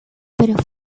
pero